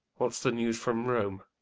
what's the news from rome?